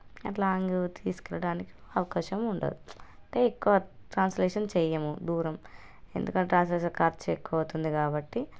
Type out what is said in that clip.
అట్లా లాంగ్ తీసుకెళ్ళడానికి అవకాశం ఉండదు అంటే ఎక్కువ ట్రాన్స్లేషన్ చేయము దూరం ఎందుకంటే ట్రాన్స్లేషన్ ఖర్చు ఎక్కువ అవుతుంది కాబట్టి